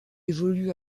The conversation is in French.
évolue